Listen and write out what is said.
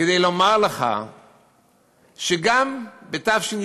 כדי לומר לך שגם בתשי"ז,